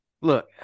Look